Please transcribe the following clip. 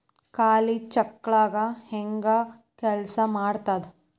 ಖಾಲಿ ಚೆಕ್ಗಳ ಹೆಂಗ ಕೆಲ್ಸಾ ಮಾಡತದ?